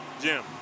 Jim